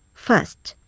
first,